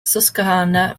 susquehanna